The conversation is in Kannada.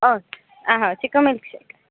ಓಕೆ ಹಾಂ ಹಾಂ ಚಿಕ್ಕು ಮಿಲ್ಕ್ಶೇಕ್